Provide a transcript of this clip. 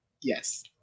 Yes